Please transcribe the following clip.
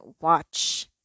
watch